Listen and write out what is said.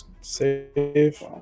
save